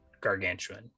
Gargantuan